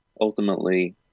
ultimately